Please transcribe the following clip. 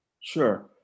Sure